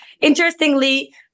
Interestingly